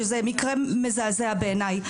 שזה מקרה מזעזע בעיניי.